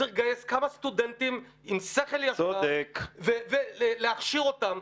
צריך לגייס כמה סטודנטים עם שכל ישר ולהכשיר אותם,